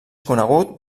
conegut